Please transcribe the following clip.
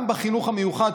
גם בחינוך המיוחד,